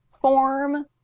form